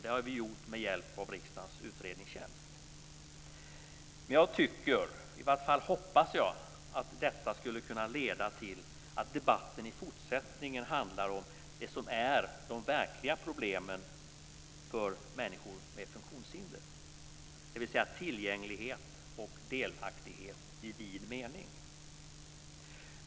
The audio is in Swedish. Det har vi gjort med hjälp av Jag hoppas att detta kan leda till att debatten i fortsättningen handlar om det som är de verkliga problemen för människor med funktionshinder, dvs. tillgänglighet och delaktighet i vid mening.